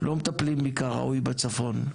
לא מטפלים בי כראוי בצפון,